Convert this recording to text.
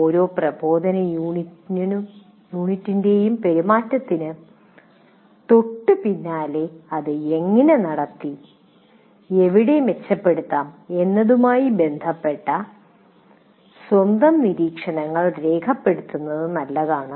ഓരോ പ്രബോധന യൂണിറ്റിന്റെയും പെരുമാറ്റത്തിന് തൊട്ടുപിന്നാലെ അത് എങ്ങനെ നടത്തി എവിടെ മെച്ചപ്പെടുത്താം എന്നതുമായി ബന്ധപ്പെട്ട സ്വന്തം നിരീക്ഷണങ്ങൾ രേഖപ്പെടുത്തുന്നത് നല്ലതാണ്